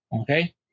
okay